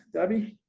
debbie?